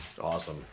Awesome